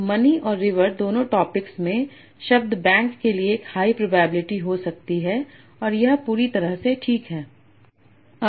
तो मनी और रिवर दोनों टॉपिक्स में शब्द बैंक के लिए एक हाई प्रोबेबिलिटी हो सकती है और यह पूरी तरह से ठीक है